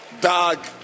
Doug